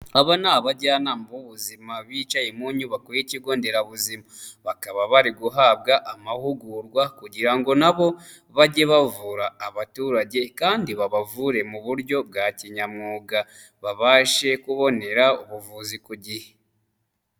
Aba ni abajyanama b'ubuzima bicaye mu nyubako y'ikigo nderabuzima. Bakaba bari guhabwa amahugurwa kugira ngo na bo bajye bavura abaturage kandi babavure mu buryo bwa kinyamwuga, babashe kubonera ubuvuzi ku gihe.